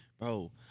bro